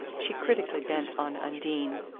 she critically bent on undine.